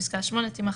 פסקה (8) תימחק,